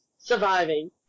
surviving